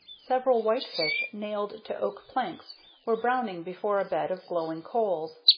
several white-fish nailed to oak planks were browning before a bed of glowing coals,